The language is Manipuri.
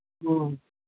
ꯎꯝ